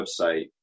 website